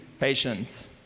patience